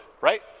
right